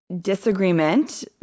disagreement